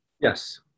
Yes